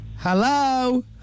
Hello